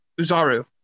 Uzaru